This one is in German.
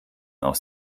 aus